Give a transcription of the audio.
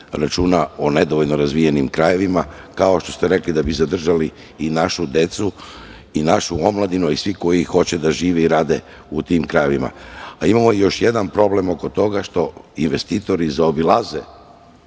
računa o nedovoljno razvijenim krajevima, kao što ste rekli, da bi zadržali i našu decu i našu omladinu i sve koje hoće da žive i rade u tim krajevima. Imamo još jedna problem oko toga što investitori zaobilaze